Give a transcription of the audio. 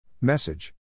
Message